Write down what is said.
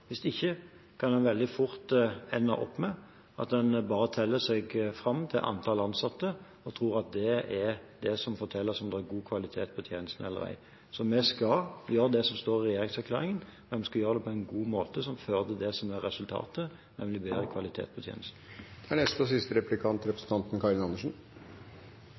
Hvis ikke kan en veldig fort ende opp med at en bare teller seg fram til antall ansatte og tror at det er det som forteller oss om det er god kvalitet på tjenestene eller ei. Så vi skal gjøre det som står i regjeringserklæringen, men vi skal gjøre det på en god måte, som fører til resultatet, nemlig bedre kvalitet på tjenestene. Mens SV er opptatt av at eldre skal få bedre og